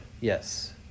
Yes